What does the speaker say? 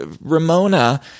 Ramona